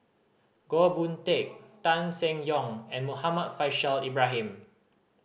Goh Boon Teck Tan Seng Yong and Muhammad Faishal Ibrahim